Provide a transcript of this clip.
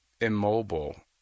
immobile